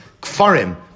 Kfarim